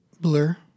blur